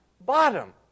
bottom